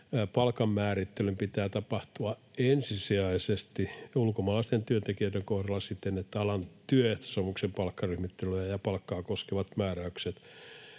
palkanmäärittelyn pitää tapahtua ulkomaalaisten työntekijöiden kohdalla ensisijaisesti siten, että alan työehtosopimuksen palkkaryhmittelyä ja palkkaa koskevat määräykset